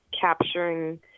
capturing